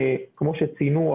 כמו שציינו,